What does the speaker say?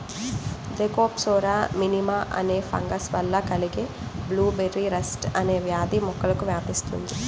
Thekopsora మినిమా అనే fungus వల్ల కలిగే బ్లూబెర్రీ రస్ట్ అనే వ్యాధి మొక్కలకు వ్యాపిస్తుంది